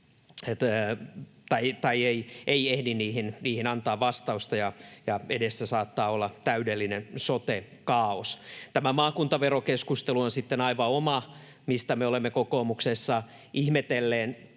avoinna oleviin kysymyksiin, ja edessä saattaa olla täydellinen sote-kaaos. Tämä maakuntaverokeskustelu on sitten aivan oma lukunsa, ja me olemme kokoomuksessa ihmetellen